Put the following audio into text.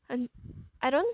and I don't